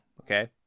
Okay